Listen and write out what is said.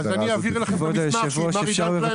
אז אני אעביר לכם את המסמך שמר עידן קלימן